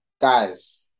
guys